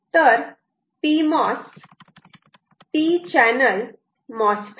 तर pmos p channel MOSFET